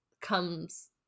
comes